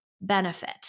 benefit